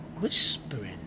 Whispering